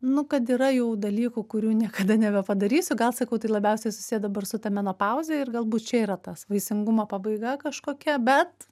nu kad yra jau dalykų kurių niekada nebepadarysiu gal sakau tai labiausiai susiję dabar su ta menopauze ir galbūt čia yra tas vaisingumo pabaiga kažkokia bet